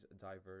diverse